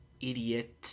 idiot